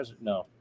No